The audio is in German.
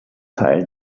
teil